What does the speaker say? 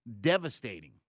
devastating